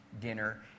dinner